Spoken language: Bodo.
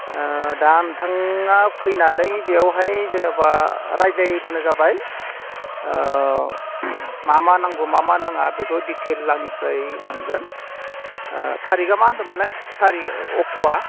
दा नोंथाङा फैनानै बेवहाय जेन'बा रायज्लायब्लानो जाबाय मा मा नांगौ मा मा नाङा बेखौ दे डिटेल्स आंनिफ्राय मोनगोन थारिकआ मा होनदोंमोनलाय अक्ट'आ